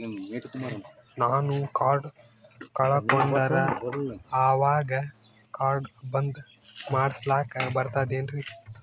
ನಾನು ಕಾರ್ಡ್ ಕಳಕೊಂಡರ ಅವಾಗ ಕಾರ್ಡ್ ಬಂದ್ ಮಾಡಸ್ಲಾಕ ಬರ್ತದೇನ್ರಿ?